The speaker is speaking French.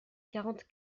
quarante